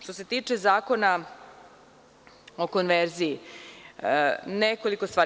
Što se tiče Zakona o konverziji, nekoliko stvari.